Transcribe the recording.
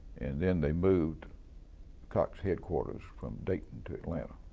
then they moved cox headquarters from dayton to atlanta